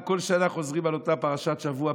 כל שנה אנחנו חוזרים על אותה פרשת שבוע,